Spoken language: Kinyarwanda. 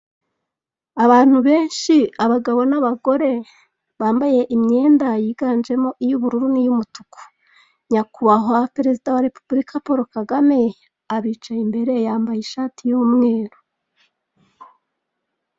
Isoko rifite ibicuruzwa bitandukanye by'imitako yakorewe mu Rwanda, harimo uduseke twinshi n'imitako yo mu ijosi, n'imitako yo kumanika mu nzu harimo n'ibibumbano bigiye bitandukanye n'udutebo.